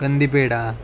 कंदीपेढा